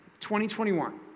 2021